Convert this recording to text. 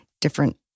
different